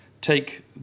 take